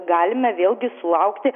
galime vėlgi sulaukti